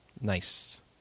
Nice